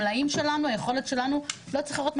המלאים שלנו והיכולת שלנו ייפגעו,